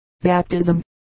Baptism